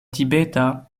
tibeta